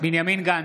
בנימין גנץ,